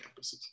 campuses